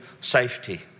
safety